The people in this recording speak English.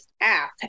app